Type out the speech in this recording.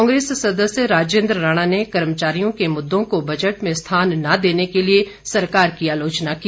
कांग्रेस सदस्य राजेंद्र राणा ने कर्मचारियों के मुद्दों को बजट में स्थान न देने के लिए सरकार की आलोचना की